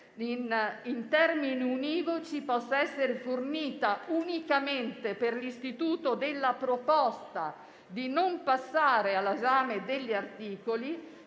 in termini univoci possa essere fornita unicamente per l'istituto della proposta di non passare all'esame degli articoli